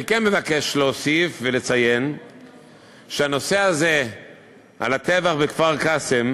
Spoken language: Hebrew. אני כן מבקש להוסיף ולציין שהנושא הזה של הטבח בכפר-קאסם,